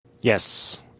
Yes